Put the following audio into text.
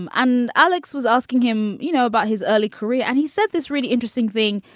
um and alex was asking him, you know, about his early career and he said this really interesting thing.